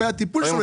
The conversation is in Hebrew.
טיפול.